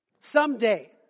someday